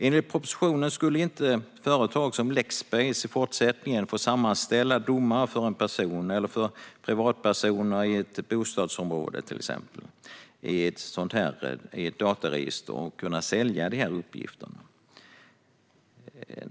Enligt propositionen skulle inte företag som Lexbase i fortsättningen få sammanställa till exempel domar för en person eller för privatpersoner i ett bostadsområde i ett dataregister och sälja uppgifterna.